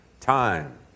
Time